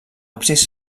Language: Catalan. absis